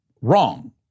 wrong